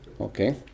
Okay